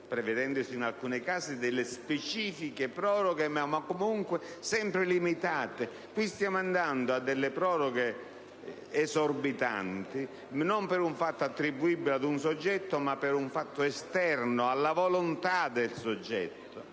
prevedendosi in alcuni casi delle specifiche proroghe ma, comunque, sempre limitate. Qui, invece, stiamo andando a delle proroghe esorbitanti, e non per un fatto attribuibile ad un soggetto, ma per un fatto esterno alla volontà del soggetto.